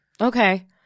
Okay